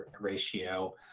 ratio